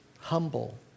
humble